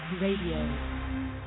Radio